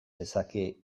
lezake